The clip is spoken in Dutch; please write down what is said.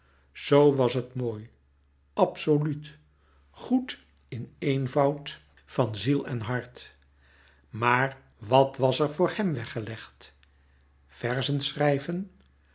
was het mooi absoluut goed in eenvoud van ziel en hart maar wat was er voor hèm weggelegd verzen schrijven